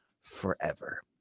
forever